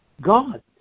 God